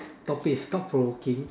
topic is thought provoking